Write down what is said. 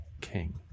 king